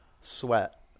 sweat